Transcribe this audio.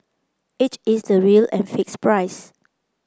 it is the real and fixed price